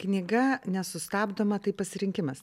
knyga nesustabdoma tai pasirinkimas